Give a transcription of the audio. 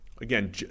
again